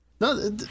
No